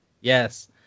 Yes